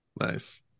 Nice